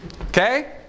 Okay